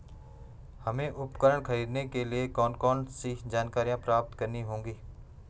हमें उपकरण खरीदने के लिए कौन कौन सी जानकारियां प्राप्त करनी होगी?